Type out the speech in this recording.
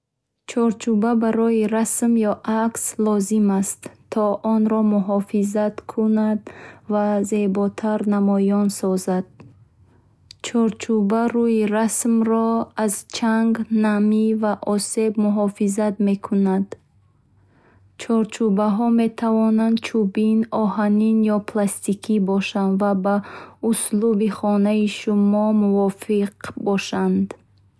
Чорчуба барои расм ё акс лозим аст то онро муҳофизат мекунад, ва зеботар намоён созад. Чорчуба рӯйи расмро аз чанг намӣ ва осеб муҳофизат мекунад. Чорчубахо метавонанд чӯбин оҳани ё пластикӣ бошанд, ва ба услуби хонаи шумо мувофиқ бошанд.